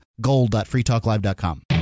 gold.freetalklive.com